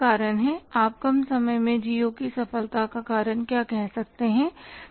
आप कम समय में जिओ की सफलता का कारण क्या कह सकते हैं